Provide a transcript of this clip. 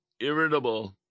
irritable